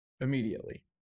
immediately